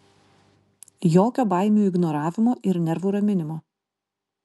jokio baimių ignoravimo ir nervų raminimo